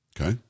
Okay